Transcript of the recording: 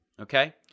okay